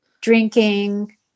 drinking